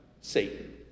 Satan